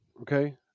okay